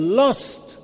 lost